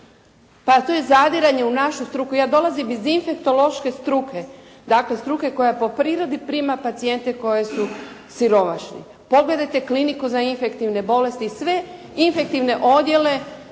pa to je zadiranje u našu struku. Ja dolazim iz infektološke struke, dakle struke koja po prirodi prima pacijente koji su siromašni. Pogledajte Kliniku za infektivne bolesti sve infektivne odjele